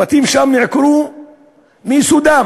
הבתים שם נעקרו מיסודם.